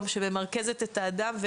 שממרכזת את האדם,